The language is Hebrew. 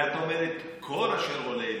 ואתה אומר את כל אשר עולה לליבך.